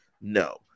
No